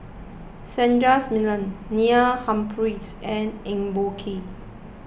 Sundaresh Menon Neil Humphreys and Eng Boh Kee